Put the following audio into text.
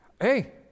Hey